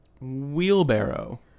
Wheelbarrow